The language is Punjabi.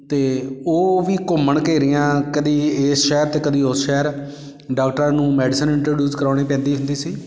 ਅਤੇ ਉਹ ਵੀ ਘੁੰਮਣ ਘੇਰੀਆਂ ਕਦੇ ਇਸ ਸ਼ਹਿਰ ਅਤੇ ਕਦੇ ਉਸ ਸ਼ਹਿਰ ਡਾਕਟਰਾਂ ਨੂੰ ਮੈਡੀਸਨ ਇੰਟਰੋਡਿਊਸ ਕਰਾਉਣੀ ਪੈਂਦੀ ਹੁੰਦੀ ਸੀ